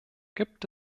gibt